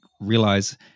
realize